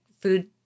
food